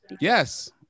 Yes